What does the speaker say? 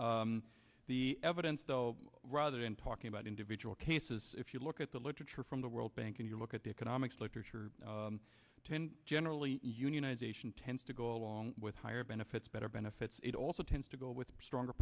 well the evidence rather than talking about individual cases if you look at the literature from the world bank and you look at the economics literature ten generally unionization tends to go along with higher benefits better benefits it also tends to go with stronger